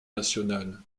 national